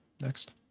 Next